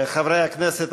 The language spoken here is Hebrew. חברי הכנסת,